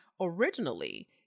Originally